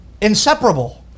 inseparable